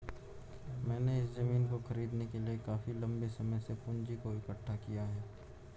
मैंने इस जमीन को खरीदने के लिए काफी लंबे समय से पूंजी को इकठ्ठा किया है